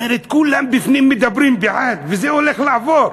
אומרת: כולם בפנים מדברים בעד וזה הולך לעבור,